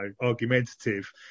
argumentative